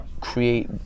create